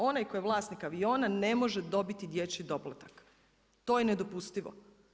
Onaj tko je vlasnik aviona ne može dobiti dječji doplatak, to je nedopustivo.